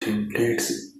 templates